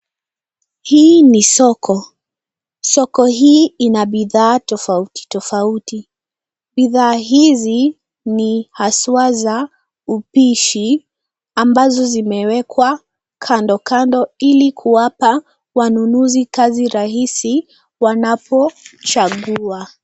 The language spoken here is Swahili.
Hii ni soko, soko hii ina bidhaa tofauti tofauti. Bidhaa hizi, ni haswa za upishi, ambazo zimewekwa, kando kando ili kuwapa wanunuzi kazi rahisi wanapochagua.